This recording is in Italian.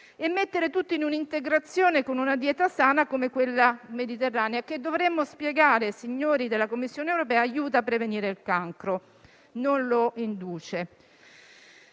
e mettere tutto in un'integrazione con una dieta sana come quella mediterranea, che - dovremmo spiegarlo ai signori della Commissione europea - aiuta a prevenire il cancro e non lo induce.